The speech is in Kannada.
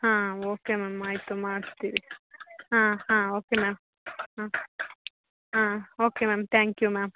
ಹಾಂ ಓಕೆ ಮ್ಯಾಮ್ ಆಯಿತು ಮಾಡಿಸ್ತೀವಿ ಹಾಂ ಹಾಂ ಓಕೆ ಮ್ಯಾಮ್ ಹಾಂ okay ma'am thank you ma'am